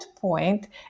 point